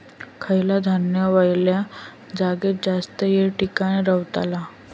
खयला धान्य वल्या जागेत जास्त येळ टिकान रवतला?